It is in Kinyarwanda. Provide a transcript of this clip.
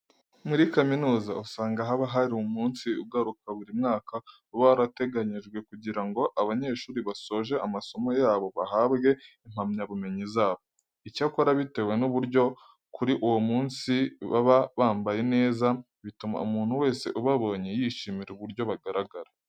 Muri kaminuza usanga haba hari umunsi ugaruka buri mwaka uba warateganyijwe kugira ngo abanyeshuri basoje amasomo yabo bahabwe impamyabumenyi zabo. Icyakora bitewe n'uburyo kuri uwo munsi baba bambaye neza, bituma umuntu wese ubabonye yishimira uburyo bagaragara.